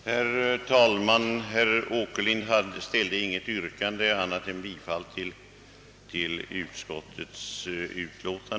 Herr talman! Herr Åkerlind framställde inte något annat yrkande än bifall till utskottets hemställan.